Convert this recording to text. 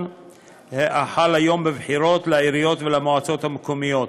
החל היום בבחירות לעיריות ולמועצות המקומיות.